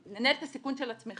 לנהל את הסיכון של עצמך,